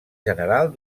general